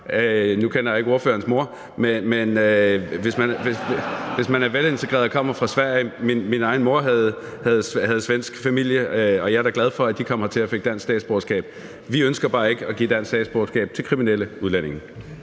Nu kender jeg jo ikke ordførerens mor, men hvis man er velintegreret og kommer fra Sverige, er det én ting. Min egen mor havde svensk familie, og jeg er da glad for, at de kom hertil og fik dansk statsborgerskab. Vi ønsker bare ikke at give dansk statsborgerskab til kriminelle udlændinge.